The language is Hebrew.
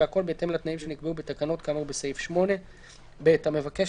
והכול בהתאם לתנאים שנקבעו בתקנות כאמור בסעיף 8. (ב)המבקש